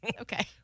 Okay